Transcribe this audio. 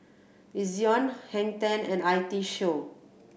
Ezion Hang Ten and I T Show